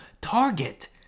target